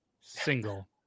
single